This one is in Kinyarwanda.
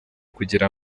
kugira